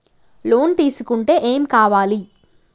Loan తీసుకుంటే ఏం కావాలి?